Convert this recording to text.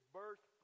birth